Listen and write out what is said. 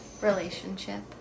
relationship